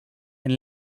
and